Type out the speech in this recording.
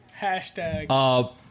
hashtag